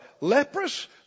leprous